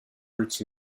roots